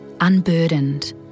unburdened